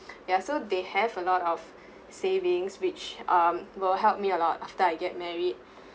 ya so they have a lot of savings which um will help me a lot after I get married